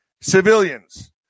civilians